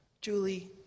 Julie